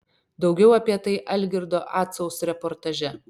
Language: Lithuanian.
daugiau apie tai algirdo acaus reportaže